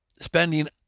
spending